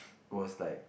goes like